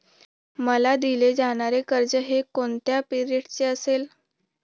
मला दिले जाणारे कर्ज हे कोणत्या पिरियडचे असेल?